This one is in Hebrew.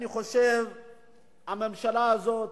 אני חושב שהממשלה הזאת,